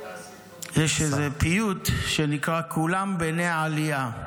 יש איזה פיוט שנקרא "כולם בני עלייה".